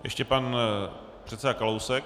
Ještě pan předseda Kalousek.